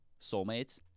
soulmates